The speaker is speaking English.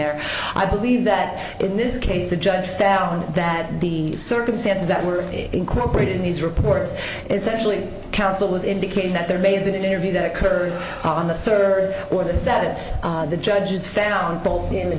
there i believe that in this case the judge found that the circumstances that were incorporated in these reports essentially counsel was indicating that there may have been an interview that occurred on the third or the seventh the judges found both in the